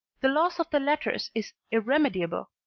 the loss of the letters is irremediable.